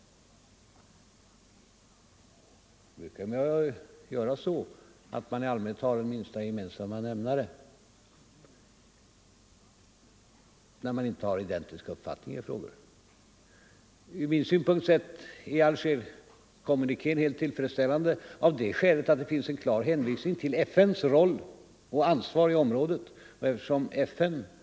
I allmänhet har man en minsta gemensam nämnare, när man inte har identiska uppfattningar i frågor. Ur min synpunkt sett är Algerkommunikén helt tillfredsställande av det skälet att det finns en klar hänvisning till FN:s roll och ansvar i området.